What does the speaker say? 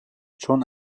چون